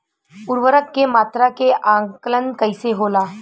उर्वरक के मात्रा के आंकलन कईसे होला?